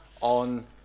on